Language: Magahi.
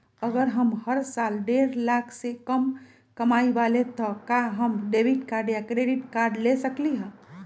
अगर हम हर साल डेढ़ लाख से कम कमावईले त का हम डेबिट कार्ड या क्रेडिट कार्ड ले सकली ह?